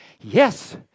Yes